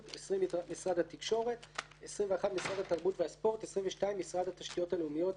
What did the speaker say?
20. משרד התקשורת 21. משרד התרבות והספורט 22. משרד התשתיות הלאומיות